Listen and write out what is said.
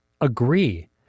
agree